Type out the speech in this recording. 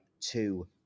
two